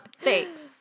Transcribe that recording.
Thanks